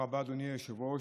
תודה רבה, אדוני היושב-ראש.